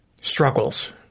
struggles